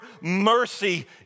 mercy